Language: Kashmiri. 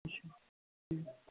اچھا